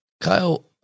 Kyle